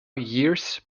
years